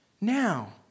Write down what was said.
now